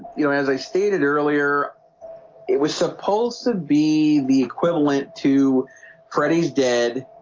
you know as i stated earlier it was supposed to be the equivalent to freddy's dead,